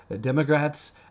Democrats